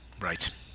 Right